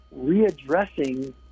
readdressing